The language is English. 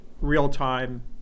real-time